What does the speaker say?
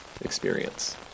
experience